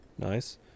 Nice